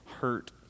hurt